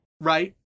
right